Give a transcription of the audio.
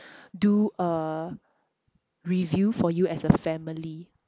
do a review for you as a family